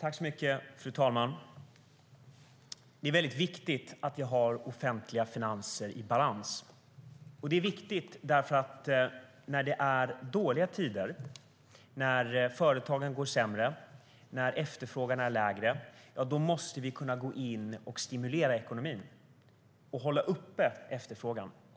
Fru talman! Det är väldigt viktigt att vi har offentliga finanser i balans. När det är dåliga tider, när företagen går sämre och efterfrågan är lägre, måste vi kunna gå in och stimulera ekonomin och hålla uppe efterfrågan.